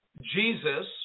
Jesus